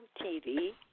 TV